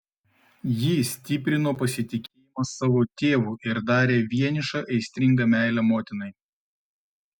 jį stiprino pasitikėjimas savo tėvu ir darė vienišą aistringa meilė motinai